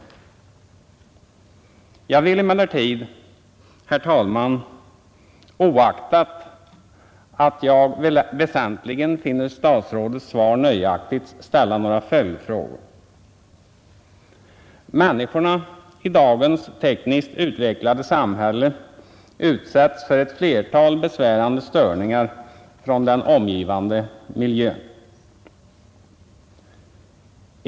Jag vill emellertid, herr talman, oaktat att jag väsentligen finner statsrådets svar nöjaktigt, ställa några följdfrågor. Människorna i dagens tekniskt utvecklade samhälle utsättes för ett flertal besvärande störningar från den dem omgivande miljön.